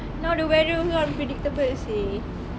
now the weather also unpredictable seh